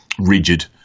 rigid